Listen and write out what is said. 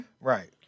Right